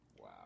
Wow